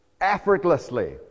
effortlessly